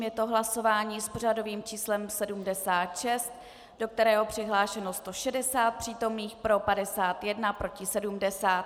Je to hlasování s pořadovým číslem 76, do kterého je přihlášeno 160 přítomných, pro 51, proti 70.